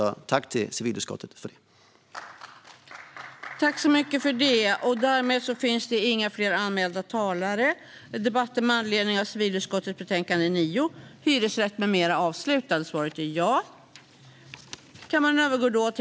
Jag vill tacka civilutskottet för detta.